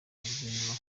guverinoma